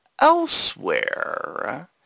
elsewhere